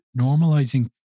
normalizing